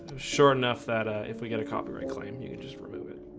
sure enough that ah if we get a copyright claim you just remove it.